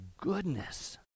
goodness